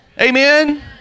Amen